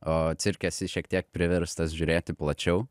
o cirke esi šiek tiek priverstas žiūrėti plačiau